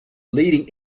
leading